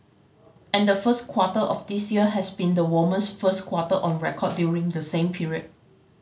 and the first quarter of this year has been the warmest first quarter on record during the same period